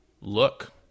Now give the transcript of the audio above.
look